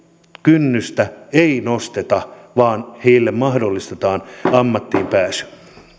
kynnystä ei nosteta vaan heille mahdollistetaan ammattiin pääsy